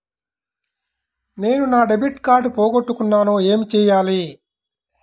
నేను నా debit card పోగొట్టుకున్నాను ఏమి చేయాలి?